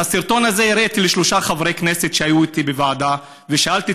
את הסרטון הזה הראיתי לשלושה חברי כנסת שהיו איתי בוועדה ושאלתי